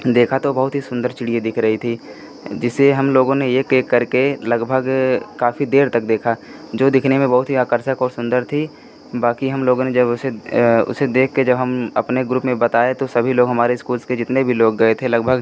देखा तो बहुत ही सुन्दर चिड़िया दिख रही थी जिसे हमलोगों ने एक एक करके लगभग काफ़ी देर तक देखा जो दिखने में बहुत ही आकर्षक और सुन्दर थी बाकी हमलोगों ने जब उसे उसे देखकर जब हम अपने ग्रुप में बताए तो सभी लोग हमारे स्कूल के जितने भी लोग गए थे लगभग